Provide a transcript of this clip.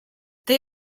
they